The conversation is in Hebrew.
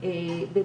אז זה